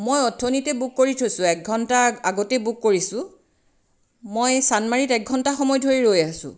মই অথনিতে বুক কৰি থৈছোঁ একঘণ্টা আগতেই বুক কৰিছোঁ মই চানমাৰিত একঘণ্টা সময় ধৰি ৰৈ আছোঁ